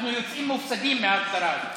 אנחנו יוצאים מופסדים מההגדרה הזאת.